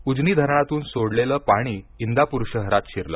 उजनि धरणातून सोडेलेल पाणी इंदापुर शहरात शिरल